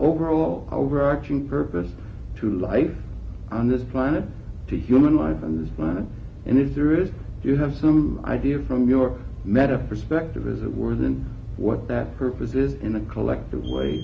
overall overarching purpose to life on this planet to human life on this planet and if there is you have some idea from your met a perspective as it were than what that purpose is in a collective